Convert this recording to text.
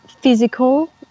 physical